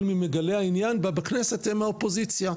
ממגלי העניין בה בכנסת הם האופוזיציה,